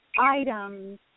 items